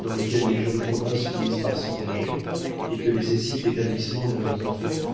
dans lesquelles les gens de province finissent par s'engager et que nécessite l'établissement de leurs enfants